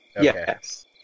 Yes